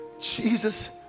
Jesus